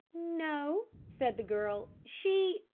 no, said the girl, she